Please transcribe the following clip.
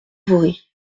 vaury